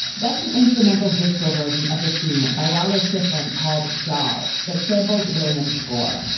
that's an instrumental disco version of the theme by lalo schifrin called jaws that samples william's score.